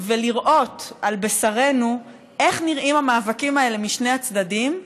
ולראות על בשרנו איך נראים המאבקים האלה משני הצדדים,